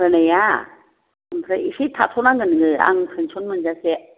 होनाया ओमफ्राय एसे थाथ' नांगोन नोङो आं पेन्सन मोनजासे